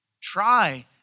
Try